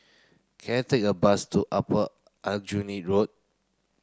can I take a bus to Upper Aljunied Road